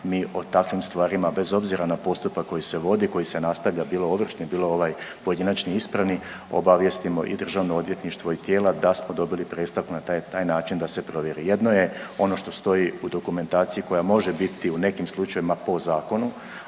mi o takvim stvarima bez obzira na postupak koji se vodi koji se nastavlja bilo ovršni, bilo ovaj pojedinačni ispravni, obavijestimo i državno odvjetništvo i tijela da smo dobili predstavku na taj, taj način da se provjeri. Jedno je ono što stoji u dokumentaciji koja može biti u nekim slučajevima po zakonu,